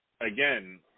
again